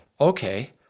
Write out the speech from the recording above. okay